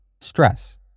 stress